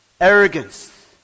arrogance